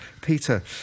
Peter